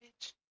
bitch